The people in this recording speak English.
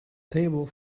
table